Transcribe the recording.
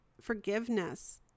forgiveness